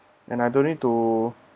and I don't need to